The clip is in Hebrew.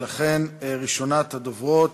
ראשונת הדוברות,